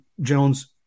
Jones